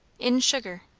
in sugar.